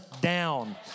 down